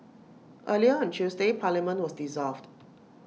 earlier on Tuesday parliament was dissolved